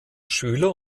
schüler